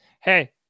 Hey